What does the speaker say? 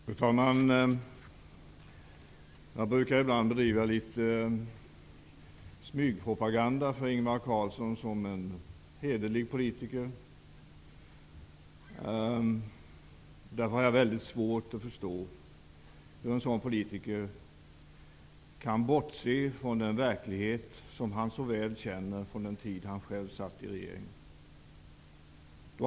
Fru talman! Jag bedriver ibland litet smygpropagande för Ingvar Carlsson. Jag säger att han är en hederlig politiker. Jag har svårt att förstå hur en sådan politiker kan bortse från den verklighet som han så väl känner till från den tid då han själv satt i regeringen.